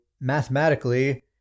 mathematically